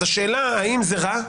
השאלה היא האם זה רע,